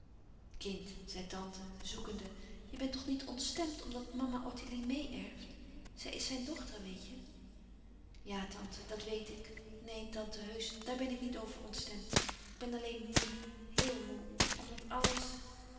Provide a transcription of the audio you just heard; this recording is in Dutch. kind zei tante zoekende je bent toch niet ontstemd omdat mama ottilie meê erft ze is zijn dochter weet je ja tante dat weet ik neen tante heusch daar ben ik niet over ontstemd ik ben alleen moê heel moê omdat alles